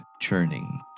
churning